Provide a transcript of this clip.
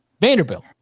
Vanderbilt